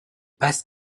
passe